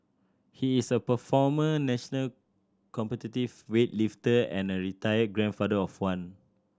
he is a performer national competitive weightlifter and a retired grandfather of one